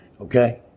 okay